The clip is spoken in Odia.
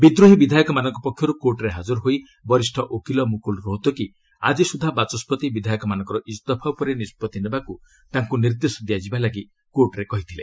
ବିଦ୍ରୋହୀ ବିଧାୟକମାନଙ୍କ ପକ୍ଷରୁ କୋର୍ଟ୍ରେ ହାଜର ହୋଇ ବରିଷ୍ଠ ଓକିଲ ମୁକୁଲ ରୋହତଗି ଆଜି ସୁଦ୍ଧା ବାଚସ୍କତି ବିଧାୟକମାନଙ୍କ ଇସ୍ତଫା ଉପରେ ନିଷ୍ପଭି ନେବାକୁ ତାଙ୍କୁ ନିର୍ଦ୍ଦେଶ ଦିଆଯିବା ଲାଗି କୋର୍ଟରେ କହିଥିଲେ